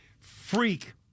freak